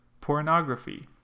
pornography